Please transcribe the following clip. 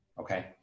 Okay